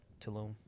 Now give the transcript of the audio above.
Tulum